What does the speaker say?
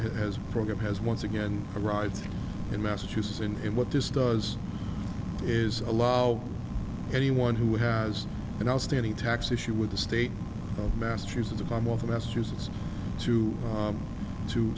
his program has once again arrived in massachusetts and what this does is allow anyone who has an outstanding tax issue with the state of massachusetts if i'm with a massachusetts to